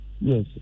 Yes